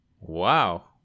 Wow